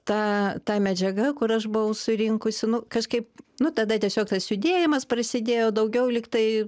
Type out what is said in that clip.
ta ta medžiaga kur aš buvau surinkusi nu kažkaip nu tada tiesiog tas judėjimas prasidėjo daugiau lyg tai